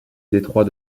détroit